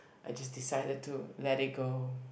I just decided to let it go